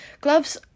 Gloves